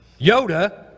Yoda